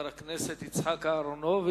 חבר הכנסת יצחק אהרונוביץ,